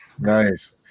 Nice